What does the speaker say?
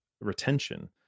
retention